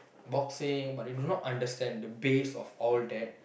boxing but they do not understand the base of all that